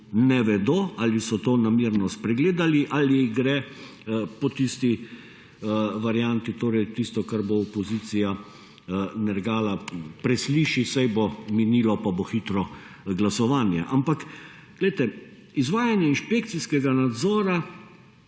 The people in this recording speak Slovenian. ne vedo ali so to namerno spregledali ali gre po tisti varianti torej tisto, kar bo opozicija nergala presliši saj bo minilo pa bo hitro glasovanje, ampak poglejte, izvajanje inšpekcijskega nadzora